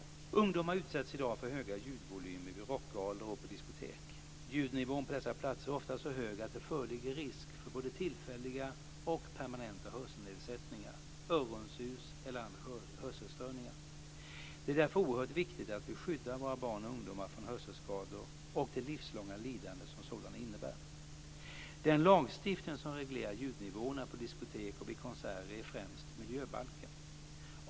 Ungdomar utsätts i dag för höga ljudvolymer vid rockgalor och på diskotek. Ljudnivån på dessa platser är ofta så hög att det föreligger risk för både tillfälliga och permanenta hörselnedsättningar, öronsus eller andra hörselstörningar. Det är därför oerhört viktigt att vi skyddar våra barn och ungdomar från hörselskador och det livslånga lidande som sådana innebär. Den lagstiftning som reglerar ljudnivåerna på diskotek och vid konserter är främst miljöbalken.